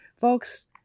Folks